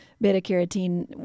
beta-carotene